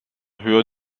höher